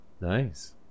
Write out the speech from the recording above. Nice